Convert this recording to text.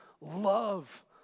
Love